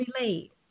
relate